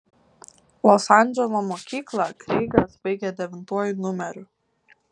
los andželo mokyklą kreigas baigė devintuoju numeriu